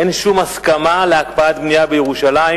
אין שום הסכמה על הקפאת בנייה בירושלים.